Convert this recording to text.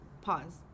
Pause